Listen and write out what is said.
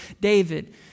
David